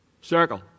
circle